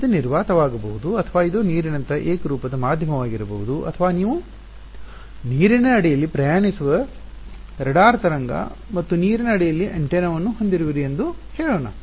ಇದು ನಿರ್ವಾತವಾಗಬಹುದು ಅಥವಾ ಇದು ನೀರಿನಂತಹ ಏಕರೂಪದ ಮಾಧ್ಯಮವಾಗಿರಬಹುದು ಅಥವಾ ನೀವು ನೀರಿನ ಅಡಿಯಲ್ಲಿ ಪ್ರಯಾಣಿಸುವ ರೇಡಾರ್ ತರಂಗ ಮತ್ತು ನೀರಿನ ಅಡಿಯಲ್ಲಿ ಆಂಟೆನಾವನ್ನು ಹೊಂದಿರುವಿರಿ ಎಂದು ಹೇಳೋಣ